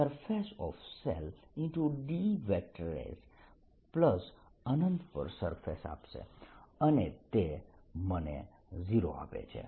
ds અંનત પર surface આપશે અને તે મને 0 આપે છે